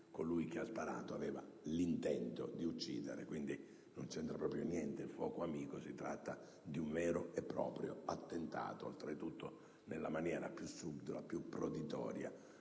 colui che ha sparato aveva l'intento di uccidere, per cui non c'entra proprio niente il «fuoco amico», ma si tratta di un vero e proprio attentato, oltretutto nella maniera più subdola e proditoria,